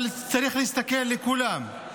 אבל צריך להסתכל על כולם,